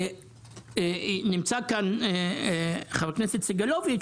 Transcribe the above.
נמצא כאן חבר הכנסת סגלוביץ',